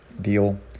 deal